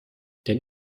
denn